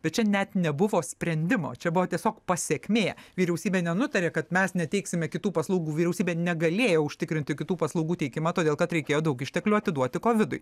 bet čia net nebuvo sprendimo čia buvo tiesiog pasekmė vyriausybė nenutarė kad mes neteiksime kitų paslaugų vyriausybė negalėjo užtikrinti kitų paslaugų teikimą todėl kad reikėjo daug išteklių atiduoti kovidui